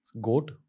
Goat